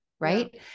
right